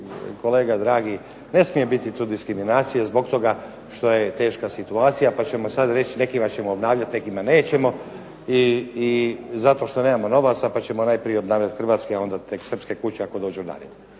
kolega dragi, ne smije biti tu diskriminacije zbog toga što je teška situacija pa ćemo sad reći nekima ćemo obnavljat, nekima nećemo i zato što nemamo novaca pa ćemo najprije obnavljat pa onda tek srpske kuće ako dođu na red.